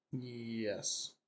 Yes